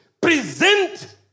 present